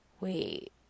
wait